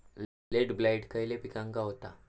Late blight खयले पिकांका होता?